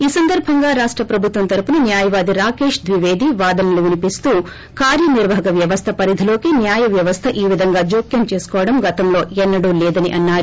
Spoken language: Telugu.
ఈ సందర్బంగా రాష్ట ప్రభుత్వం తరపున న్యాయవాది రాకేష్ ద్విపేది వాదనలు వినిపేస్తూ కార్యనిర్వాహక వ్యవస్థ పరిధిలోకి న్యాయ వ్యవస్థ ఈ విధంగా జోక్యం చేసుకోవడం గతంలో ఎన్నడూ జరగలేదని అన్నారు